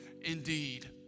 indeed